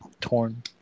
torn